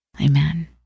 Amen